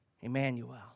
Emmanuel